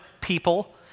people